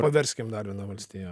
paverskim dar viena valstija